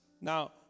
Now